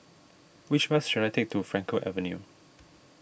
which bus should I take to Frankel Avenue